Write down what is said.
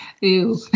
ew